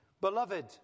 Beloved